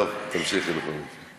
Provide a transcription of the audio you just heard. טוב, תמשיכי בכל מקרה.